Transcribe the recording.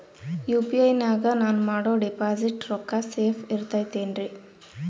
UPI ನಾಗ ನಾನು ಮಾಡೋ ಡಿಪಾಸಿಟ್ ರೊಕ್ಕ ಸೇಫ್ ಇರುತೈತೇನ್ರಿ?